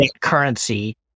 currency